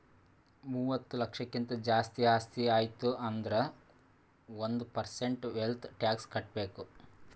ಮೂವತ್ತ ಲಕ್ಷಕ್ಕಿಂತ್ ಜಾಸ್ತಿ ಆಸ್ತಿ ಆಯ್ತು ಅಂದುರ್ ಒಂದ್ ಪರ್ಸೆಂಟ್ ವೆಲ್ತ್ ಟ್ಯಾಕ್ಸ್ ಕಟ್ಬೇಕ್